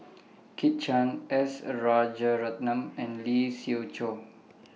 Kit Chan S Rajaratnam and Lee Siew Choh